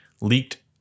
leaked